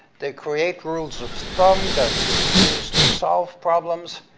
they create rules of thumb that we use to solve problems,